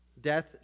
Death